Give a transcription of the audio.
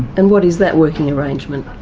and what is that working arrangement?